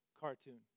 cartoon